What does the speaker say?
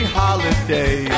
holiday